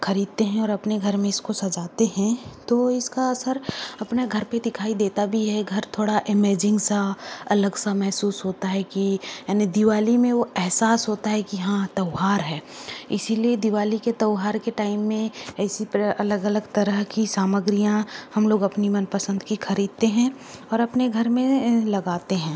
खरीदते हैं और अपने घर में इसको सजाते हैं तो इसका असर अपने घर पे दिखाई देता भी है घर थोड़ा इमैजिंग सा अलग सा महसूस होता है कि यानि दिवाली में वो ऐहसास होता है कि हाँ त्यौहार है इसीलिए दिवाली के त्यौहार के टाइम में ऐसी प्र अलग अलग तरह की सामग्रियाँ हम लोग अपनी मनपसंद की खरीदते हैं और अपने घर में लगाते हैं